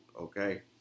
okay